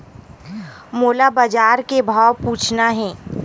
मोला बजार के भाव पूछना हे?